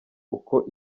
uko